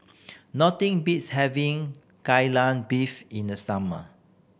nothing beats having Kai Lan Beef in the summer